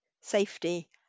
safety